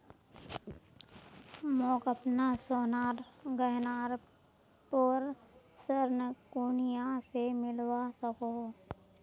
मोक अपना सोनार गहनार पोर ऋण कुनियाँ से मिलवा सको हो?